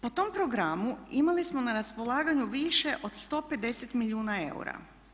Po tom programu imali smo na raspolaganju više od 150 milijuna eura.